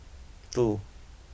two